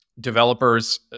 developers